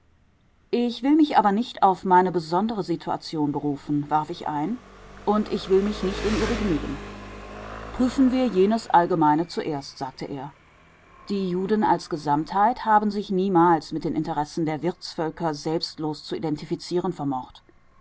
ich will mich aber nicht auf meine besondere situation berufen warf ich ein und ich will mich nicht in ihr begnügen prüfen wir jenes allgemeine zuerst sagte er die juden als gesamtheit haben sich niemals mit den interessen der wirtsvölker selbstlos zu identifizieren vermocht